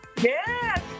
Yes